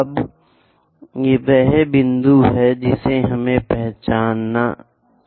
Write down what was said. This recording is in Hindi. अब यह वह बिंदु है जिसे हम पहचान रहे हैं